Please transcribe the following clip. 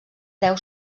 deu